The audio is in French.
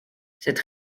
cette